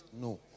No